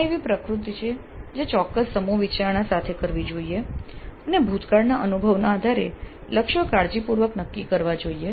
આ એવી પ્રવૃત્તિ છે જે ચોક્કસ સમૂહ વિચારસરણી સાથે કરવી જોઈએ અને ભૂતકાળના અનુભવના આધારે લક્ષ્યો કાળજીપૂર્વક નક્કી કરવા જોઈએ